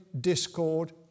discord